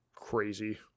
crazy